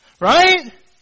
Right